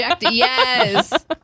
yes